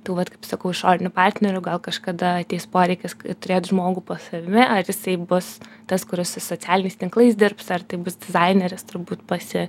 tų vat kaip sakau išorinių partnerių gal kažkada ateis poreikis turėt žmogų po savimi ar jisai bus tas kuris su socialiniais tinklais dirbs ar tai bus dizaineris turbūt pasi